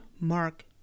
Mark